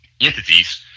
entities